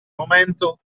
momento